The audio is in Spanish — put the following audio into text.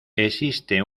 existe